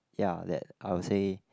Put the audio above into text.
ya that I would say